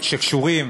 שקשורים